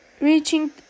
reaching